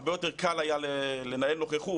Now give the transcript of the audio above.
הרבה יותר קל היה לנהל נוכחות,